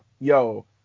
Yo